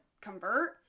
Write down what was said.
convert